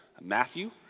Matthew